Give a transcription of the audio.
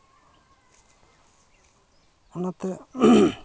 ᱚᱱᱟᱛᱮ